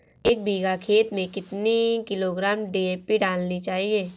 एक बीघा खेत में कितनी किलोग्राम डी.ए.पी डालनी चाहिए?